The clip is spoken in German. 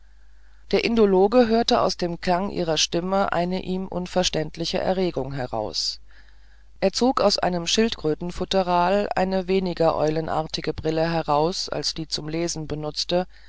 der indologe hörte aus dem klang ihrer stimme eine ihm unverständliche erregung heraus er zog aus einem schildkrötenfutteral eine weniger eulenäugige brille heraus als die zum lesen benutzte